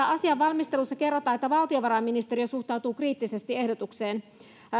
asian valmistelusta kerrotaan valtiovarainministeriö suhtautuu kriittisesti ehdotukseen